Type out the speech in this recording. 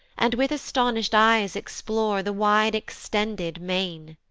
and with astonish'd eyes explore the wide-extended main.